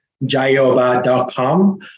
jaioba.com